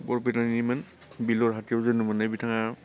बरपेतानिमोन बिलर हातियाव जोनोम मोन्नाय बिथाङा